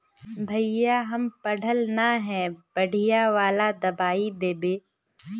भैया हम पढ़ल न है बढ़िया वाला दबाइ देबे?